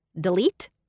delete